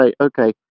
Okay